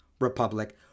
republic